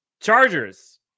Chargers